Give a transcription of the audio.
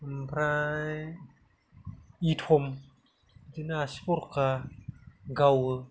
ओमफ्राय इथम बिदिनो आसि फरखा गावो